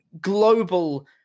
global